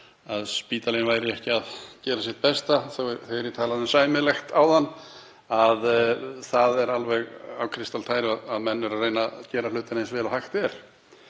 að spítalinn væri ekki að gera sitt besta, þegar ég talaði um sæmilegt áðan, að það er alveg kristaltært að menn eru að reyna að gera hlutina eins vel og hægt er.